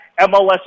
MLS